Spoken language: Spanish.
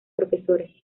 profesores